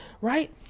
right